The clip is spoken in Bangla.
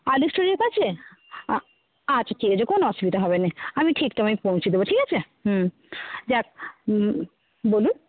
আলুর স্টোরের পাশে আচ্ছা ঠিক আছে কোনো অসুবিধা হবে না আমি ঠিক তোমায় পৌঁছে দেবো ঠিক আছে হুম যাক বলুন